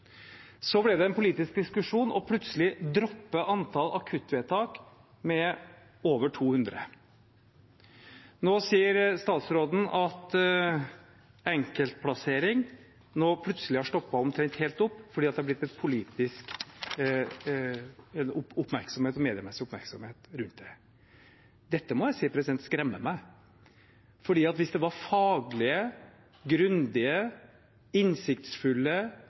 Så ble det en politisk diskusjon, og plutselig faller antall akuttvedtak med over 200. Nå sier statsråden at enkeltplasseringer plutselig har stoppet omtrent helt opp fordi det har blitt en politisk og mediemessig oppmerksomhet rundt det. Dette må jeg si skremmer meg, for hvis det var faglige, grundige, innsiktsfulle